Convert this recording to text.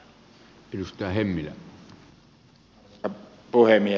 arvoisa puhemies